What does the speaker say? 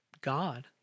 God